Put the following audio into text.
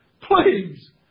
please